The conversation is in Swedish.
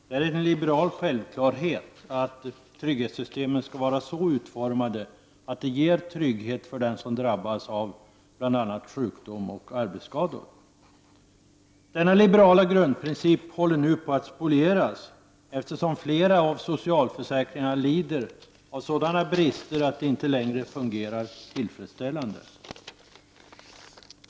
Det är en liberal självklarhet att trygghetssystemen skall vara så utformade att de ger trygghet för dem som drabbas av bl.a. sjukdom och arbetsskador. Denna liberala grundprincip håller nu på att spolieras, eftersom flera av socialförsäkringarna lider av sådana brister att de inte längre fungerar tillfredsställande.